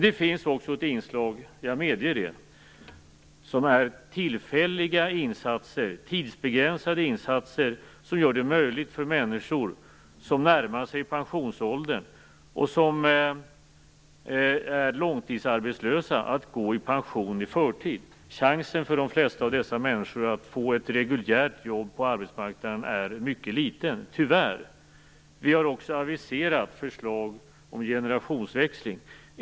Det finns också ett inslag - jag medger det - av tillfälliga och tidsbegränsade insatser som gör det möjligt för människor som närmar sig pensionsåldern och som är långtidsarbetslösa att gå i pension i förtid. Chansen för de flesta av dessa människor att få ett reguljärt jobb på arbetsmarknaden är mycket liten - tyvärr. Vi har också aviserat förslag om generationsväxling.